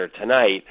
tonight